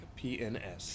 PNS